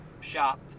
shop